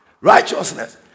righteousness